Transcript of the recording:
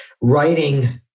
writing